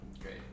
Great